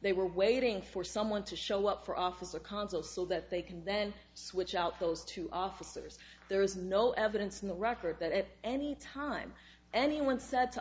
they were waiting for someone to show up for officer consul so that they can then switch out those two officers there is no evidence in the record that any time anyone said to